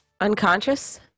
unconscious